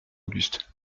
auguste